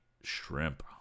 Shrimp